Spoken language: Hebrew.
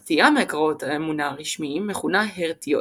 סטייה מעקרונות האמונה הרשמיים מכונה הרטיות.